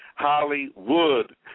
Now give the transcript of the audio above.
Hollywood